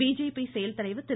BJP செயல்தலைவர் திரு